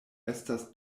estas